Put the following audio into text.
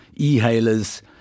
e-hailers